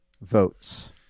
votes